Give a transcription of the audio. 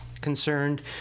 concerned